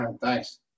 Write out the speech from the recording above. Thanks